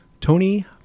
Tony